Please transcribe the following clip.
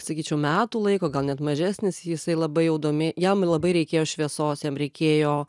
sakyčiau metų laiko gal net mažesnis jisai labai jau doėm jam labai reikėjo šviesos jam reikėjo